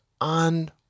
on